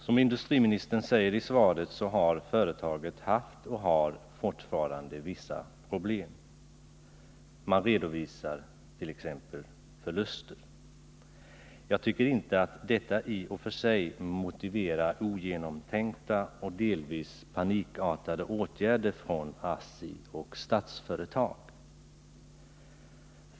Som industriministern säger i svaret har företaget haft och har fortfarande vissa problem. Man redovisar t.ex. förluster. Jag tycker inte att det i och för sig motiverar ogenomtänkta och delvis panikartade åtgärder från ASSI:s och Statsföretags sida.